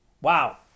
Wow